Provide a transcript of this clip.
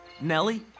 Nellie